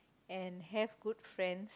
and have good friend